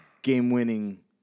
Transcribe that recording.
Game-winning